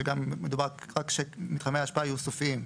שגם מדובר שמתחמי ההשפעה יהיה סופיים.